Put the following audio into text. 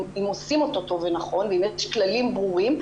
אם עושים אותו טוב ונכון ואם יש כללים ברורים,